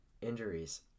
Injuries